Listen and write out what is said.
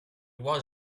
was